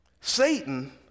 Satan